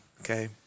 okay